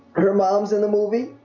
her mom's in the movie,